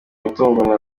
umutungo